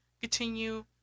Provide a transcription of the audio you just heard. continue